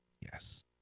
Yes